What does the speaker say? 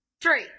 Three